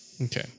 Okay